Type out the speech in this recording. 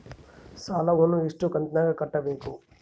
ಸಾಲವನ್ನ ಎಷ್ಟು ಕಂತಿನಾಗ ಕಟ್ಟಬೇಕು?